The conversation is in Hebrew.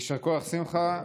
יישר כוח, שמחה.